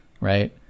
right